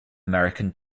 american